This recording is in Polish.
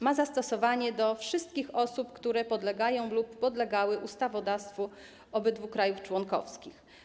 Ma zastosowanie do wszystkich osób, które podlegają lub podlegały ustawodawstwu obydwu krajów członkowskich.